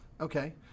Okay